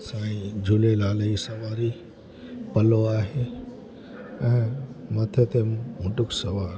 साईं झूलेलाल जी सवारी पलो आहे ऐं मदद मुटुक सवार